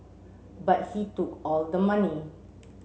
but he took all the money